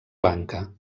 lanka